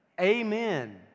Amen